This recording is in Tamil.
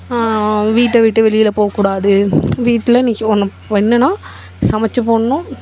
வீட்டை விட்டு வெளியில் போகக்கூடாது வீட்டிலே நீ பெண்ணுனால் சமைச்சி போடணும்